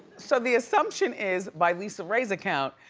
so the assumption is, by lisa ray's account,